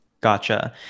Gotcha